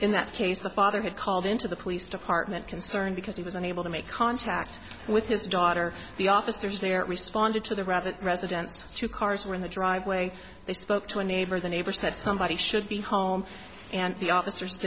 in that case the father had called into the police department concerned because he was unable to make contact with his daughter the officers there responded to the rabbit residence two cars were in the driveway they spoke to a neighbor the neighbor said somebody should be home and the officers